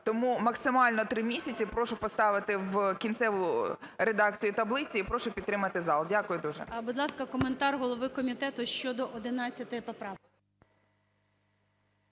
Тому максимально – 3 місяці. Прошу поставити в кінцеву редакцію таблиці і прошу підтримати зал. Дякую дуже. ГОЛОВУЮЧИЙ. Будь ласка, коментар голови комітету щодо 11 поправки.